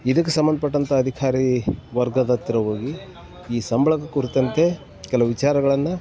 ಇದಕ್ಕೆ ಸಂಬಂಧಪಟ್ಟಂಥ ಅಧಿಕಾರಿ ವರ್ಗದ ಹತ್ರ ಹೋಗಿ ಈ ಸಂಬ್ಳದ ಕುರಿತಂತೆ ಕೆಲವು ವಿಚಾರಗಳನ್ನ